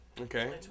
Okay